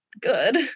good